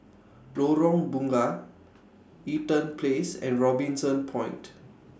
Lorong Bunga Eaton Place and Robinson Point